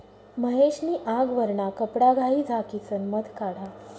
महेश नी आगवरना कपडाघाई झाकिसन मध काढा